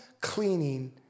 cleaning